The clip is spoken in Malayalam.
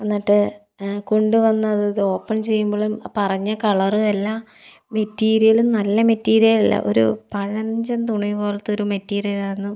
എന്നിട്ട് ആ കൊണ്ട് വന്നത് ഓപ്പൺ ചെയ്യുമ്പോളും പറഞ്ഞ കളറു എല്ലാ മെറ്റിരിയലും നല്ല മെറ്റിരിയലല്ല ഒരു പഴഞ്ചൻ തുണി പോലത്തൊരു മെറ്റിരിയിലായിരുന്നു